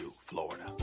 Florida